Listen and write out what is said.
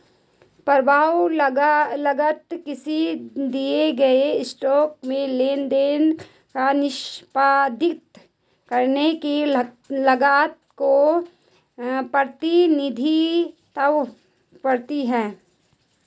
प्रभाव लागत किसी दिए गए स्टॉक में लेनदेन निष्पादित करने की लागत का प्रतिनिधित्व करती है